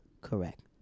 Correct